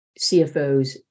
CFOs